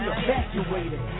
evacuated